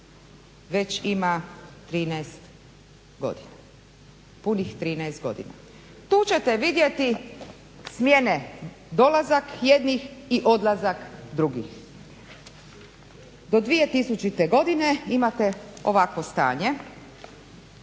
već ima 13 godina. Punih 13 godina. Tu ćete vidjeti smjene, dolazak jednih i odlazak drugih. Do 2000. godine imate ovakvo stanje,